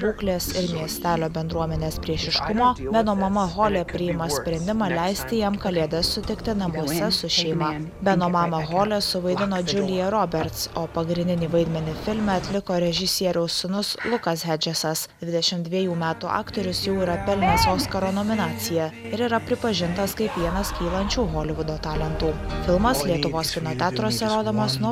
būklės ir miestelio bendruomenės priešiškumo beno mama hole priima sprendimą leisti jam kalėdas sutikti namuose su šeima beno mamą hole suvaidino džiulija roberts o pagrindinį vaidmenį filme atliko režisieriaus sūnus lukas hedžesas dvidešimt dvejų metų aktorius jau yra pelnęs oskaro nominaciją ir yra pripažintas kaip vienas kylančių holivudo talentų filmas lietuvos kino teatruose rodomas nuo